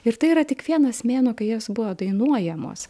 ir tai yra tik vienas mėnuo kai jos buvo dainuojamos